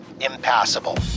impassable